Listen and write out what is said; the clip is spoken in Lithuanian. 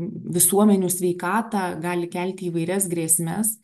visuomenių sveikatą gali kelti įvairias grėsmes